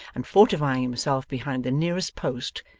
and fortifying himself behind the nearest post,